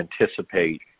anticipate